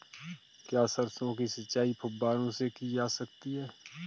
क्या सरसों की सिंचाई फुब्बारों से की जा सकती है?